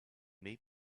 may